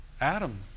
Adam